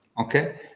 okay